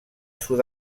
sud